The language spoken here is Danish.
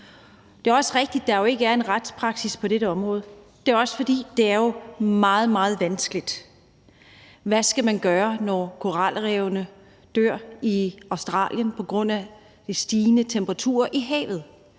Det er også rigtigt, at der jo ikke er en retspraksis på dette område. Det er også, fordi det jo er meget, meget vanskeligt. Hvad skal man gøre, når koralrevene dør i Australien på grund af stigende temperaturer i havet?